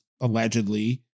allegedly